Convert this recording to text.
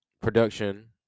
production